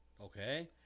Okay